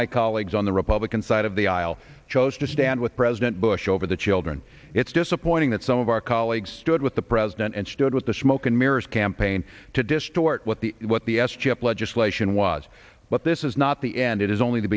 my colleagues on the republican side of the aisle chose to stand with president bush over the children it's disappointing that some of our colleagues stood with the president and stood with the smoke and mirrors campaign to distort what the what the s chip legislation was but this is not the end it is only the